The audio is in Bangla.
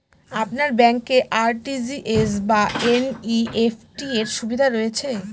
আপনার ব্যাংকে আর.টি.জি.এস বা এন.ই.এফ.টি র সুবিধা রয়েছে?